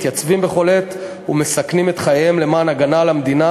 מתייצבים בכל עת ומסכנים את חייהם למען הגנה על המדינה,